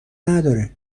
نداره